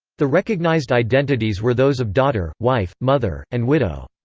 the recognized identities were those of daughter, wife, mother, and widow.